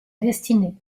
destinée